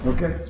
Okay